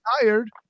tired